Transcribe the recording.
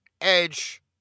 edge